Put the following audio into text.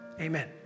Amen